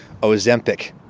Ozempic